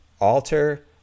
alter